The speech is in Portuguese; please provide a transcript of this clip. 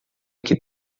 que